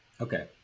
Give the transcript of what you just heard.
okay